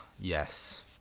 Yes